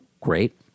great